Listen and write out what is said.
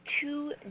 two